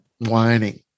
Whining